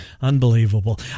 unbelievable